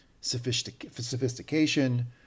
sophistication